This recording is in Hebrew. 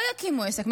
לא יקימו עסק,